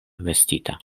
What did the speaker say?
vestita